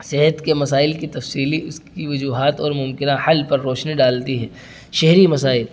صحت کے مسائل کی تفصیل اس کی وجوہات اور ممکنہ حل پر روشنی ڈالتی ہیں شہری مسائل